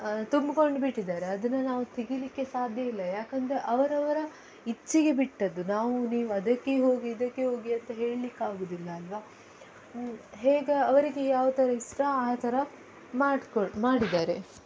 ತುಂಬ್ಕೊಂಡು ಬಿಟ್ಟಿದ್ದಾರೆ ಅದನ್ನು ನಾವು ತೆಗೀಲಿಕ್ಕೆ ಸಾಧ್ಯ ಇಲ್ಲ ಏಕೆಂದ್ರೆ ಅವರವರ ಇಚ್ಛೆಗೆ ಬಿಟ್ಟಿದ್ದು ನಾವು ನೀವು ಅದಕ್ಕೆ ಹೋಗಿ ಇದಕ್ಕೆ ಹೋಗಿ ಅಂತ ಹೇಳೋಕ್ಕಾಗುವುದಿಲ್ಲ ಅಲ್ವ ಹೇಗೆ ಅವರಿಗೆ ಯಾವ ಥರ ಇಷ್ಟ ಆ ಥರ ಮಾಡ್ಕೋ ಮಾಡಿದ್ದಾರೆ